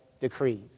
decrees